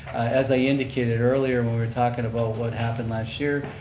as i indicated earlier when we're talking about what happened last year,